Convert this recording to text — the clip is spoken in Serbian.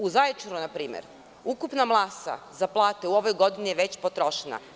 U Zaječaru npr. ukupna masa za plate u ovoj godini je već potrošena.